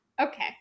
Okay